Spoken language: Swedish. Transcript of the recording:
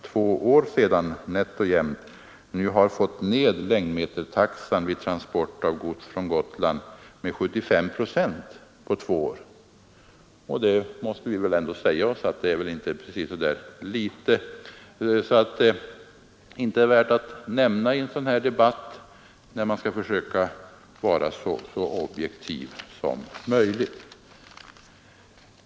Det innebär att vi har fått ned längdmetertaxan med 75 procent på knappt två år — och det är inte så litet att det inte är värt att nämna i en sådan här debatt, när man skall försöka vara objektiv.